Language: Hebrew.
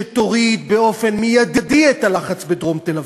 שתוריד באופן מיידי את הלחץ בדרום תל-אביב.